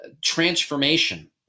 transformation